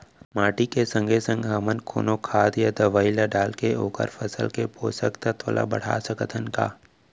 माटी के संगे संग हमन कोनो खाद या दवई ल डालके ओखर फसल के पोषकतत्त्व ल बढ़ा सकथन का?